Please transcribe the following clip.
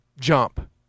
jump